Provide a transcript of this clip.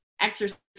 exercise